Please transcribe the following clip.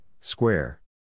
square